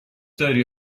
داری